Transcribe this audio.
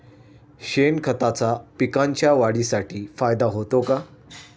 शेणखताचा पिकांच्या वाढीसाठी फायदा होतो का?